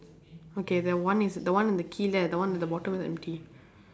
okay that one is the one with the key there the one with the bottle there empty